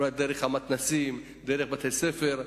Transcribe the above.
אולי דרך המתנ"סים ודרך בתי-ספר.